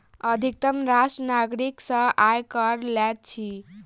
अधितम राष्ट्र नागरिक सॅ आय कर लैत अछि